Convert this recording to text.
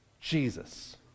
Jesus